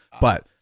but-